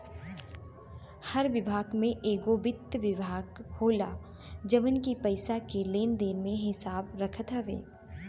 हर विभाग में एगो वित्त विभाग होला जवन की पईसा के लेन देन के हिसाब रखत हवे